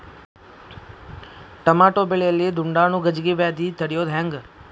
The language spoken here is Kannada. ಟಮಾಟೋ ಬೆಳೆಯಲ್ಲಿ ದುಂಡಾಣು ಗಜ್ಗಿ ವ್ಯಾಧಿ ತಡಿಯೊದ ಹೆಂಗ್?